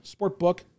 sportbook